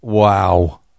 Wow